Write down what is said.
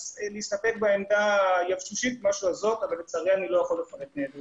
להסתפק בעמדה היבשושית משהו הזאת אבל לצערי אני לא יכול לפרט מעבר לכך.